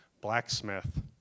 blacksmith